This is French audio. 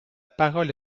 parole